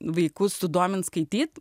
vaikus sudominti skaityti